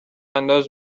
انداز